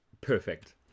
Perfect